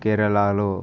కేరళాలో